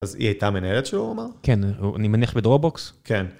אז היא הייתה מנהלת שלו, הוא אמר? כן, אני מניח בדרופבוקס. כן.